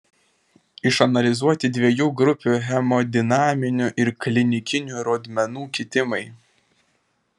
išanalizuoti dviejų grupių hemodinaminių ir klinikinių rodmenų kitimai